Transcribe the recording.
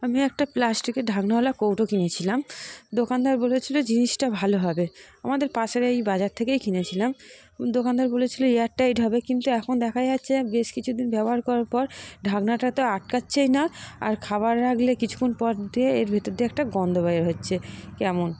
আমি একটা প্লাস্টিকের ঢাকনাওয়ালা কৌটো কিনেছিলাম দোকানদার বলেছিল জিনিসটা ভালো হবে আমাদের পাশের এই বাজার থেকেই কিনেছিলাম দোকানদার বলেছিল এয়ার টাইট হবে কিন্তু এখন দেখা যাচ্ছে বেশ কিছু দিন ব্যবহার করার পর ঢাকনাটা তো আটকাচ্ছেই না আর খাবার রাখলে কিছুক্ষণ পর দিয়ে এর ভিতর দিয়ে একটা গন্ধ বের হচ্ছে কেমন